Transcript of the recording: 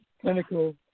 clinical